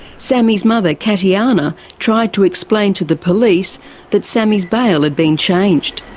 sammy's mother katiana tried to explain to the police that sammy's bail had been changed.